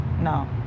No